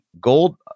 gold